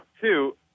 two